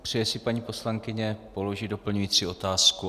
Přeje si paní poslankyně položit doplňující otázku?